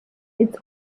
its